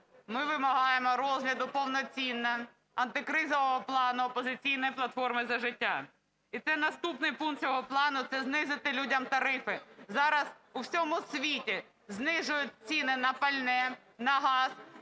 ми вимагаємо розгляду повноцінно антикризового плану "Опозиційної платформи - За життя". І наступний пункт цього плану – це знизити людям тарифи. Зараз у всьому світі знижують ціни на пальне, на газ,